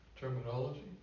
terminology